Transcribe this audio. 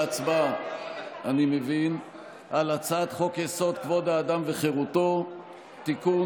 להצבעה על הצעת חוק-יסוד: כבוד האדם וחירותו (תיקון,